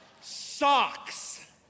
socks